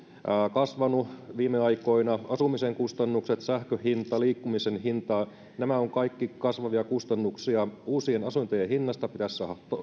kasvanut viime aikoina asumisen kustannukset sähkön hinta liikkumisen hinta nämä ovat kaikki kasvavia kustannuksia uusien asuntojen neliöhinnasta pitäisi saada